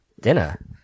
dinner